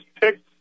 picked